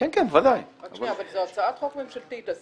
אבל זו הצעת חוק ממשלתית, אז